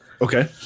Okay